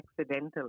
accidental